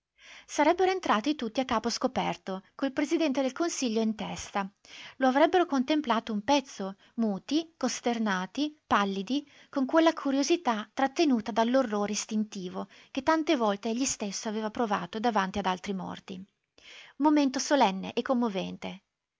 sarebbero entrati tutti a capo scoperto col presidente del consiglio in testa lo avrebbero contemplato un pezzo muti costernati pallidi con quella curiosità trattenuta dall'orrore istintivo che tante volte egli stesso aveva provato davanti ad altri morti momento solenne e commovente